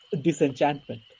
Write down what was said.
disenchantment